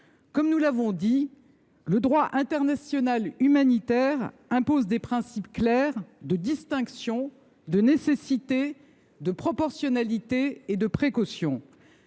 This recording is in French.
Comme nous l’avons dit, le droit international humanitaire impose des principes clairs de distinction, de nécessité, de proportionnalité et de précaution.